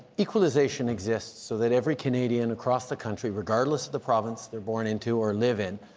equalization exists so that every canadian across the country, regardless of the province they're born into or live in,